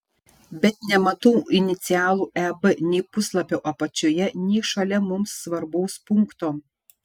bet nematau inicialų eb nei puslapio apačioje nei šalia mums svarbaus punkto